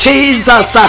Jesus